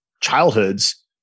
childhoods